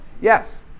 Yes